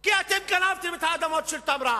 כי אתם גנבתם את האדמות של תמרה,